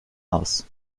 aus